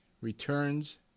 returns